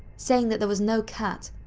saying that there was no cat,